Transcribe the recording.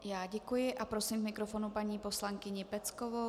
Já děkuji a prosím k mikrofonu paní poslankyni Peckovou.